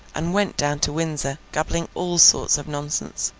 and went down to windsor, gabbling all sorts of nonsense.